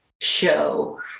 show